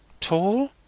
Tall